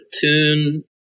tune